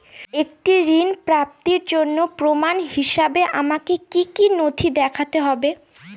একটি ঋণ প্রাপ্তির জন্য প্রমাণ হিসাবে আমাকে কী কী নথি দেখাতে হবে?